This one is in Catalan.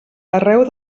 arreu